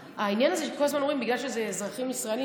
העניין הזה שכל הזמן אומרים: בגלל שזה אזרחים ישראלים,